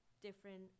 different